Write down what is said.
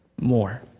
more